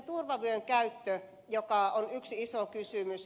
turvavyön käyttö on yksi iso kysymys